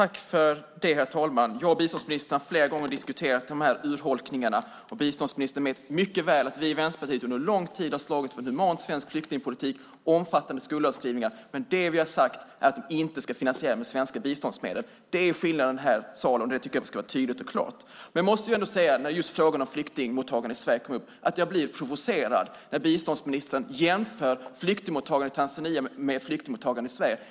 Herr talman! Jag och biståndsministern har flera gånger diskuterat de här urholkningarna, och biståndsministern vet mycket väl att vi i Vänsterpartiet under lång tid har slagits för en human svensk flyktingpolitik omfattande skuldavskrivningar. Men det vi har sagt är att det inte ska finansieras med svenska biståndsmedel. Det är skillnaden. Det tycker jag ska vara tydligt och klart. Jag måste ändå säga, när just frågan om flyktingmottagande i Sverige kom upp, att jag blir provocerad när biståndsministern jämför flyktingmottagande i Tanzania med flyktingmottagande i Sverige.